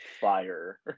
fire